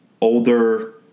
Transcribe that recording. older